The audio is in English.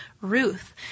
Ruth